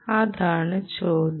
അതാണ് ചോദ്യം